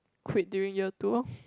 quit during year two lorh